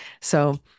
So-